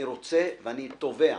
אני רוצה ואני תובע